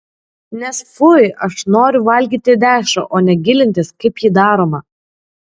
nes fui aš noriu valgyti dešrą o ne gilintis kaip ji daroma